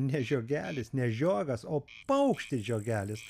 ne žiogelis ne žiogas o paukštis žiogelis